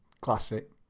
classic